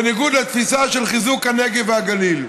בניגוד לתפיסה של חיזוק הנגב והגליל.